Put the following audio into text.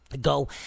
Go